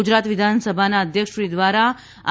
ગુજરાત વિધાનસભાના અધ્યક્ષશ્રી દ્વારા આ